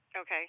Okay